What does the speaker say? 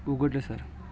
उघडलं सर